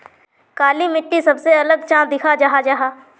काली मिट्टी सबसे अलग चाँ दिखा जाहा जाहा?